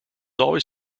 always